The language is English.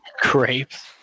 Grapes